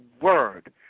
word